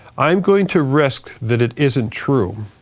i'm going to risk that it isn't true